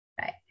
Right